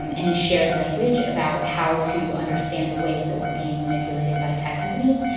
and any shared language about how to understand the ways that we're being manipulated by tech companies.